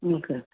ಹ್ಞೂ ಸರ್